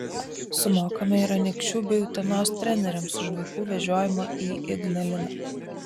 sumokame ir anykščių bei utenos treneriams už vaikų vežiojimą į ignaliną